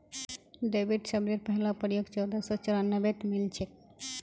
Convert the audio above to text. debit शब्देर पहला प्रयोग चोदह सौ चौरानवेत मिलछेक